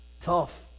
Tough